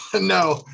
no